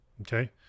Okay